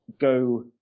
go